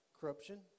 Corruption